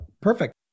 Perfect